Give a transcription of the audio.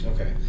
okay